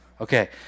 Okay